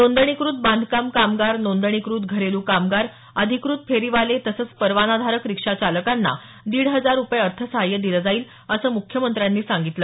नोंदणीकृत बांधकाम कामगार नोंदणीकृत घरेल् कामगार अधिकृत फेरीवाले तसंच परवानाधारक रिक्षाचालकांना दीड हजार रुपये अर्थसहाय्य दिलं जाईल असं मुख्यमंत्र्यांनी सांगितलं